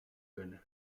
ghana